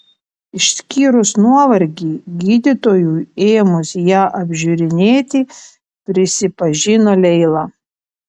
išskyrus nuovargį gydytojui ėmus ją apžiūrinėti prisipažino leila